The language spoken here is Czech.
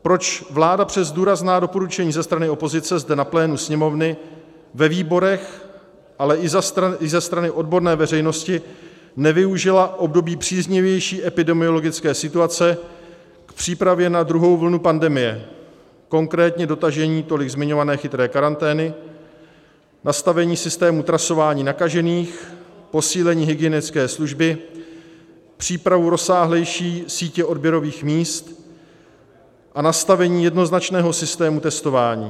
Proč vláda přes důrazná doporučení ze strany opozice zde na plénu Sněmovny, ve výborech, ale i ze strany odborné veřejnosti nevyužila období příznivější epidemiologické situace v přípravě na druhou vlnu pandemie, konkrétně dotažení tolik zmiňované chytré karantény, nastavení systému trasování nakažených, posílení hygienické služby, přípravu rozsáhlejší sítě odběrových míst a nastavení jednoznačného systému testování?